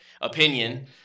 Opinion